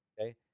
Okay